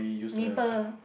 maple